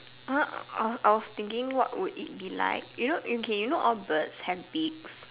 I was thinking what will it be like you know okay you know all birds have beaks